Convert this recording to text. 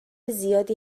زیادی